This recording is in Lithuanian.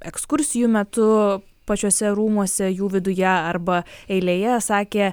ekskursijų metu pačiuose rūmuose jų viduje arba eilėje sakė